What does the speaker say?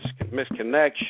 Misconnection